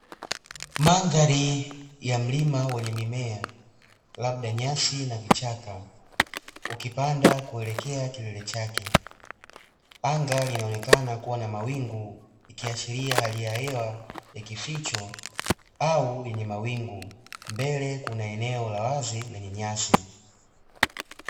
Mandhari ya mlima wenye mimea labda nyasi na vichaka, ukipanda kuelekea kilele chake. Anga linaonekana kuwa na mawingu ikiashiria hali ya hewa ya kificho au yenye mawingu, mbele kuna eneo la wazi lenye nyasi.